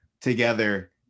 together